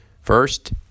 First